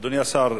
אדוני השר,